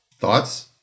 Thoughts